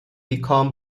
become